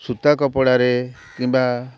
ସୂତା କପଡ଼ାରେ କିମ୍ବା